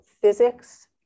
physics